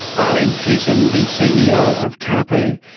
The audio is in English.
eileen hoosan, the ceo of caaapu.